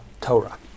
Torah